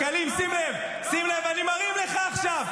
--- שקלים, שים לב, שים לב, אני מרים לך עכשיו.